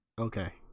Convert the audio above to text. Okay